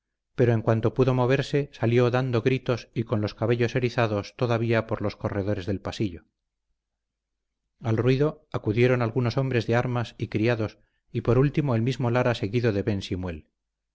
pero en cuanto pudo moverse salió dando gritos y con los cabellos erizados todavía por los corredores del castillo al ruido acudieron algunos hombres de armas y criados y por último el mismo lara seguido de